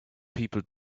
people